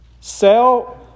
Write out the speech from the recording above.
sell